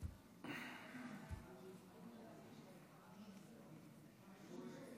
תודה